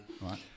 Right